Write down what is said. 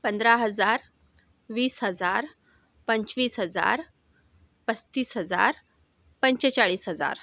पंधरा हजार वीस हजार पंचवीस हजार पस्तीस हजार पंचेचाळीस हजार